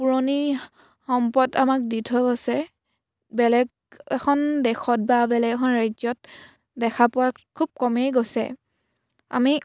পুৰণি সম্পদ আমাক দি থৈ গৈছে বেলেগ এখন দেশত বা বেলেগ এখন ৰাজ্যত দেখা পোৱা খুব কমেই গৈছে আমি